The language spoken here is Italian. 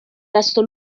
testo